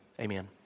Amen